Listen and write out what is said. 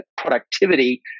productivity